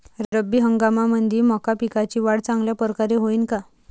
रब्बी हंगामामंदी मका पिकाची वाढ चांगल्या परकारे होईन का?